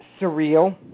Surreal